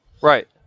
Right